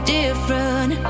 different